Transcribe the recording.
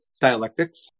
dialectics